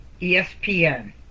ESPN